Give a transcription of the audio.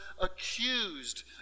accused